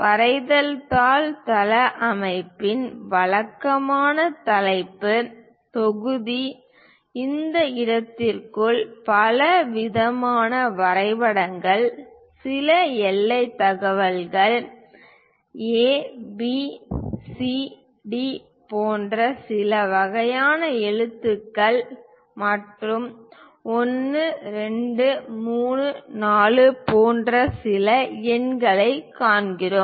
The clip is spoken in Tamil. வரைதல் தாள் தளவமைப்பில் வழக்கமாக தலைப்புத் தொகுதி இந்த இடத்திற்குள் பலவிதமான வரைபடங்கள் சில எல்லைத் தகவல்கள் A B C D போன்ற சில வகையான எழுத்துக்கள் மற்றும் 1 2 3 4 போன்ற சில எண்களைக் காண்கிறோம்